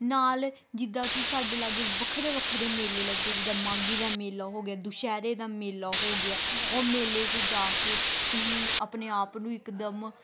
ਨਾਲ ਜਿੱਦਾਂ ਕਿ ਸਾਡੇ ਲਾਗੇ ਵੱਖਰੇ ਵੱਖਰੇ ਮੇਲੇ ਲੱਗਦੇ ਜਿੱਦਾਂ ਮਾਘੀ ਦਾ ਮੇਲਾ ਹੋ ਗਿਆ ਦੁਸਹਿਰੇ ਦਾ ਮੇਲਾ ਹੋ ਗਿਆ ਉਹ ਮੇਲੇ 'ਚ ਜਾ ਕੇ ਤੁਸੀਂ ਆਪਣੇ ਆਪ ਨੂੰ ਇੱਕਦਮ